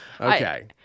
Okay